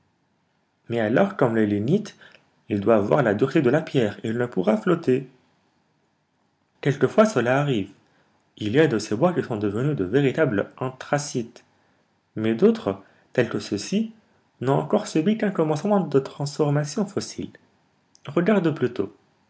mais alors comme les lignites il doit avoir la dureté de la pierre et il ne pourra flotter quelquefois cela arrive il y a de ces bois qui sont devenus de véritables anthracites mais d'autres tels que ceux-ci n'ont encore subi qu'un commencement de transformation fossile regarde plutôt